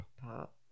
Pop